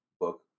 book